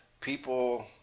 people